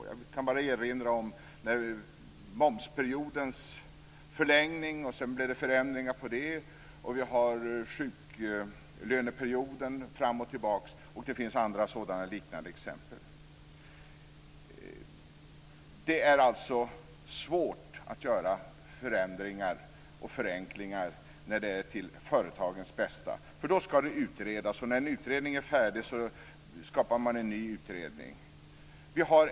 Jag kan bara erinra om förlängningen av momsperioden och sedan de förändringar som kom efter det. Det har varit fram och tillbaka med sjuklöneperioden. Det finns flera liknande exempel. Det är alltså svårt att genomföra förändringar och förenklingar när det är till företagens bästa. Då skall det utredas. Och när utredningen är färdig tillsätter man en ny utredning.